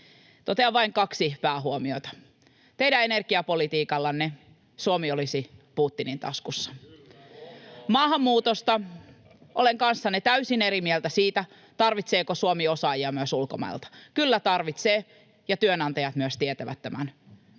Totean vain kaksi päähuomiota. Teidän energiapolitiikallanne Suomi olisi Putinin taskussa. [Juha Mäenpää: Ohhoh!] Maahanmuutosta olen kanssanne täysin eri mieltä siinä, tarvitseeko Suomi osaajia myös ulkomailta — kyllä tarvitsee, ja myös työnantajat tietävät tämän.